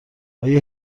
آیا